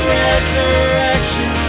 resurrection